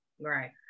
Right